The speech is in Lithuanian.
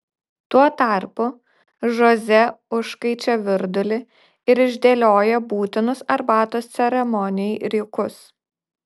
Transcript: tuo tarpu žoze užkaičia virdulį ir išdėlioja būtinus arbatos ceremonijai rykus